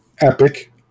epic